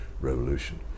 revolution